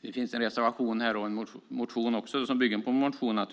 Det finns en reservation här, som naturligtvis bygger på en motion, om